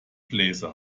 blazer